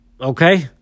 okay